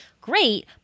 Great